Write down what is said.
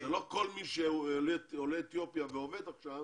זה לא כל מי שהוא עולה אתיופיה ועובד עכשיו